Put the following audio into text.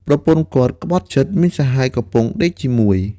ប្រពន្ធគាត់ក្បត់ចិត្ត មានសហាយកំពុងដេកជាមួយ។